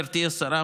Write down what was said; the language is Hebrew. גברתי השרה,